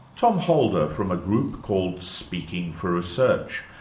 tom holder, from a group called speaking for research.